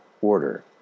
order